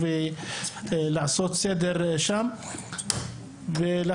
ולסייע בסבסוד למי שבאמת